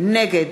נגד